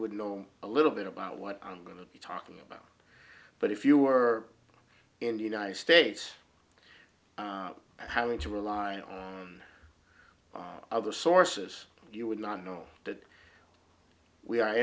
would know a little bit about what i'm going to be talking about but if you were in the united states having to rely on other sources you would not know that we